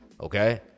okay